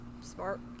smart